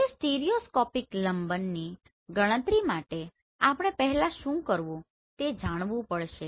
હવે સ્ટીરિયોસ્કોપિક લંબન ગણતરી માટે આપણે પહેલા શું કરવું તે જાણવું પડશે